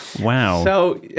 Wow